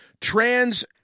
Trans-